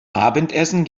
abendessen